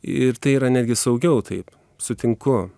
ir tai yra netgi sunkiau taip sutinku